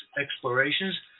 explorations